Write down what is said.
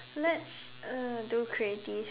let's uh do creative